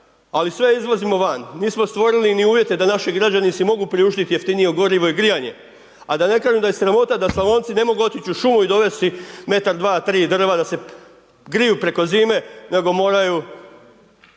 ali sve izvozimo van. Nismo stvorili ni uvjete da naši građani si mogu priuštiti jeftinije gorivo i grijanje a da ne kažem da je sramota da Slavonci ne mogu otić u šumu i dovest si metar, dva, tri drva, da se griju preko zime nego moraju